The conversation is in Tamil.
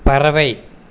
பறவை